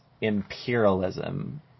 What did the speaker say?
imperialism